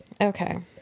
Okay